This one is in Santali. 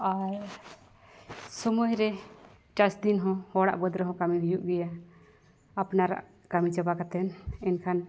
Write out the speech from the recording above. ᱟᱨ ᱥᱚᱢᱚᱭ ᱨᱮ ᱪᱟᱥ ᱫᱤᱱ ᱦᱚᱸ ᱦᱚᱲᱟᱜ ᱵᱟᱹᱫᱽ ᱨᱮᱦᱚᱸ ᱠᱟᱹᱢᱤ ᱦᱩᱭᱩᱜ ᱜᱮᱭᱟ ᱟᱯᱱᱟᱨᱟᱜ ᱠᱟᱹᱢᱤ ᱪᱟᱵᱟ ᱠᱟᱛᱮᱫ ᱮᱱᱠᱷᱟᱱ